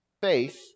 faith